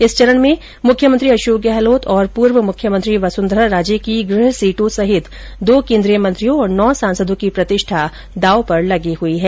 इस चरण में मुख्यमंत्री अशोक गहलोत और पूर्व मुख्यमंत्री वसुंधरा राजे की गृह सीटों सहित दो केंद्रीय मंत्रियों और नौ सांसदों की प्रतिष्ठा दाव पर लगी है